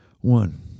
One